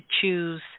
choose